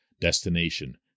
destination